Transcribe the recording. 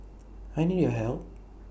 I need your help